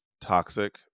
toxic